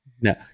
No